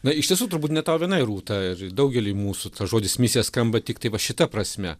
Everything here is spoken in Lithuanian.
na iš tiesų turbūt ne tau vienai rūta ir daugeliui mūsų tas žodis misija skamba tiktai va šita prasme